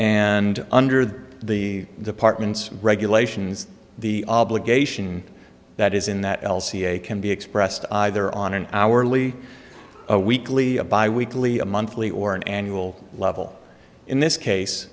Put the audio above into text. and under the department's regulations the obligation that is in that l c a can be expressed either on an hourly weekly or biweekly a monthly or an annual level in this case